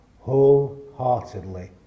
wholeheartedly